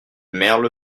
merle